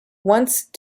once